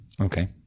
Okay